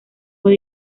fue